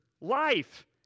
life